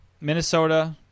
Minnesota